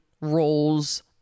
roles